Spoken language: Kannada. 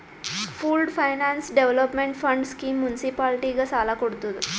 pooled finance development fund scheme ಮುನ್ಸಿಪಾಲಿಟಿಗ ಸಾಲ ಕೊಡ್ತುದ್